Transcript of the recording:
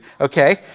Okay